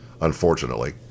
unfortunately